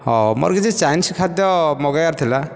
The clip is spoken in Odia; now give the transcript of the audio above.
ମୋ'ର କିଛି ଚାଇନିଜ୍ ଖାଦ୍ଯ ମଗାଇବାର ଥିଲା